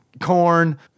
corn